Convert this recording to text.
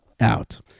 out